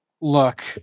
Look